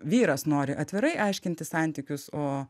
vyras nori atvirai aiškintis santykius o